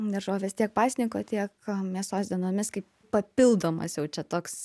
daržovės tiek pasninko tiek mėsos dienomis kaip papildomas jau čia toks